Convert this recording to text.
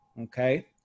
Okay